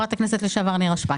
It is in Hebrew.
חברת הכנסת לשעבר נירה שפק.